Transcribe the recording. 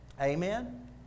Amen